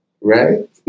Right